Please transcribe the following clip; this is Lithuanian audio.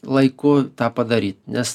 laiku tą padaryt nes